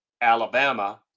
Alabama